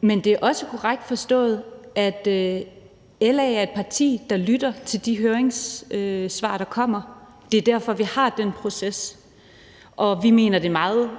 Men det er også korrekt forstået, at LA er et parti, der lytter til de høringssvar, der kommer. Det er derfor, vi har den proces, og vi mener, det er meget